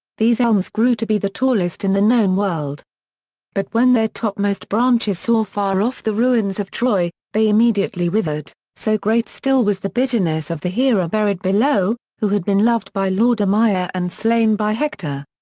these elms grew to be the tallest in the known world but when their topmost branches saw far off the ruins of troy, they immediately withered, so great still was the bitterness of the hero buried below, who had been loved by laodamia and slain by hector.